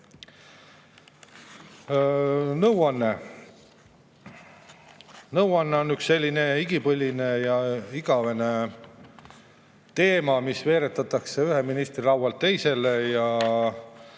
Nõuanne. Nõuanne on üks selline igipõline ja igavene teema, mis veeretatakse ühelt ministrilt teisele. Ja